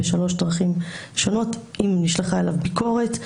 בשלוש דרכים שונות: אם נשלחה אליו ביקורת,